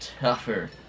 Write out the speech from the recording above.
tougher